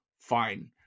Fine